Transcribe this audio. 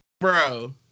bro